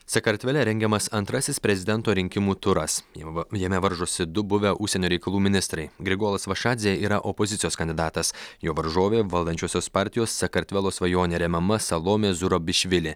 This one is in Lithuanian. sakartvele rengiamas antrasis prezidento rinkimų turas jau jame varžosi du buvę užsienio reikalų ministrai grigolas vašadzė yra opozicijos kandidatas jo varžovė valdančiosios partijos sakartvelo svajonė remiama salomė zurabišvili